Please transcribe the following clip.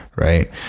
Right